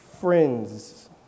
friends